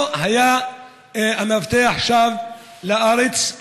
לא היה המאבטח שב לארץ.